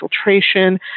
filtration